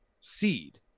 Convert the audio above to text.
seed